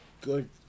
good